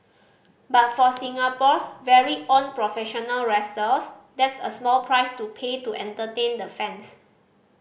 but for Singapore's very own professional that's a small price to pay to entertain the fans